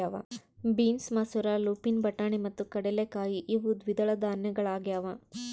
beans ಮಸೂರ lupin ಬಟಾಣಿ ಮತ್ತು ಕಡಲೆಕಾಯಿ ಇವು ದ್ವಿದಳ ಧಾನ್ಯಗಳಾಗ್ಯವ